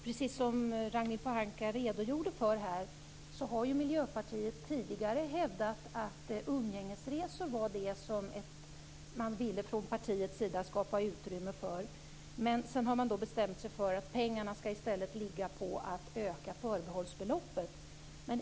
Precis som Ragnhild Pohanka redogjorde för här, har Miljöpartiet tidigare hävdat att umgängesresor var det som man ville skapa utrymme för. Men sedan har man bestämt sig för att pengarna i stället skall gå till att öka förbehållsbeloppet.